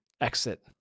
exit